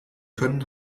können